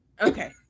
Okay